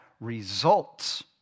results